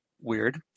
weird